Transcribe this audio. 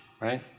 Right